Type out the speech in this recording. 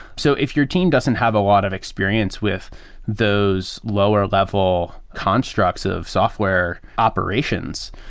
so if your team doesn't have a lot of experience with those lower-level constructs of software operations,